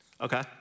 Okay